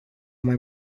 mai